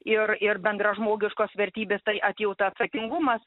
ir ir bendražmogiškos vertybės tai atjautaatsakingumas